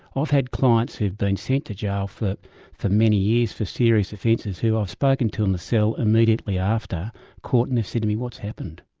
i've had clients who've been sent to jail for for many years for serious offences who i've spoken to in the cell immediately after court and they've said to me, what's happened?